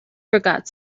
forgot